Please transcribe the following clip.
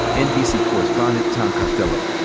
nbc correspondent, tom costello,